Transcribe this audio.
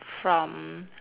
from